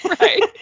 Right